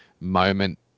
moment